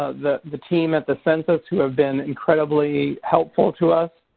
ah the the team at the census who have been incredibly helpful to us.